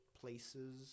places